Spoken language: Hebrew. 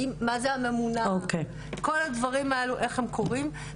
כל הדברים האלו איך הם קורים.